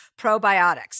probiotics